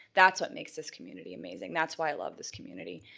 that's what makes this community amazing. that's why i love this community.